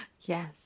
Yes